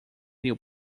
new